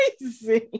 amazing